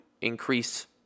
increase